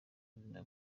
buzima